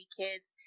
kids